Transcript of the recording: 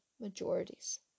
majorities